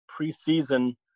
preseason